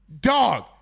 dog